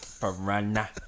Piranha